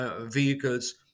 vehicles